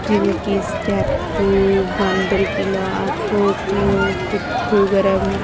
ਜਿਵੇਂ ਕਿ ਸਟੈਪੂ ਬਾਂਦਰ ਕਿੱਲਾ ਖੋ ਖੋ ਪਿੱਠੂ ਗਰਮ